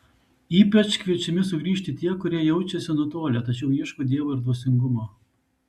ypač kviečiami sugrįžti tie kurie jaučiasi nutolę tačiau ieško dievo ir dvasingumo